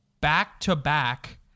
back-to-back